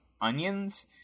onions